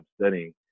studying